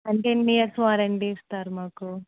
అంటే ఎన్ని years warranty ఇస్తారు మాకు